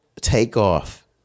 Takeoff